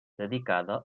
dedicada